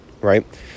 right